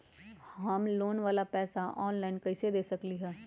हम लोन वाला पैसा ऑनलाइन कईसे दे सकेलि ह?